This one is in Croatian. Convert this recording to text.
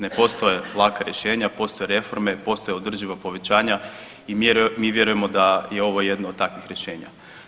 Ne postoje laka rješenja, postoje reforme, postoje održiva povećanja i mi vjerujemo da je ovo jedno od takvih rješenja.